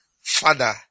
Father